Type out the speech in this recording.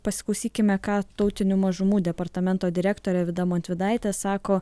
pasiklausykime ką tautinių mažumų departamento direktorė vida montvydaitė sako